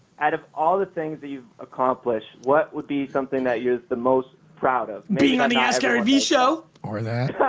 out of all the things that you've accomplished, what would be something that you're the most proud of? being on the askgarvvee show. or that.